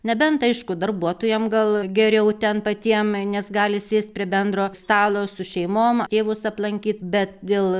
nebent aišku darbuotojam gal geriau ten patiem nes gali sėst prie bendro stalo su šeimom tėvus aplankyt bet dėl